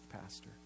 pastor